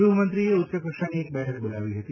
ગૃહમંત્રીએ ઉચ્ચકક્ષાની એક બેઠક બોલાવી હતી